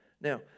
Now